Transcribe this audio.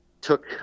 took